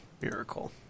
Miracle